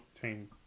Team